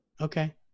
Okay